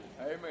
Amen